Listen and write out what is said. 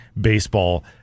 Baseball